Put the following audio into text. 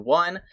one